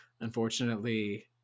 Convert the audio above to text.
Unfortunately